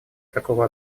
такого